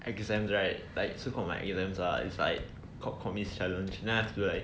exams right like so called my alias lah it's like called commis challenge then I have to like